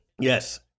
Yes